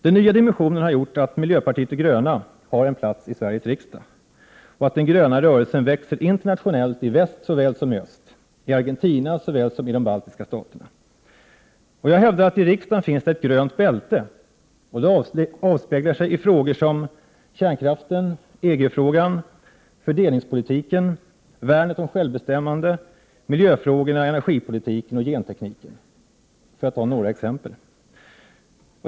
Den nya dimensionen har gjort att miljöpartiet de gröna har en plats i Sveriges riksdag, och den gröna rörelsen växer internationellt, i väst såväl som i öst, i Argentina såväl som i de baltiska staterna. Jag hävdar att det i riksdagen finns ett grönt bälte. Det avspeglar sig i frågor som kärnkraften, EG-frågan, fördelningspolitiken, värnet om självbestämmande, miljöfrågorna, energipolitiken och gentekniken, för att ta några exempel.